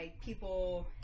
people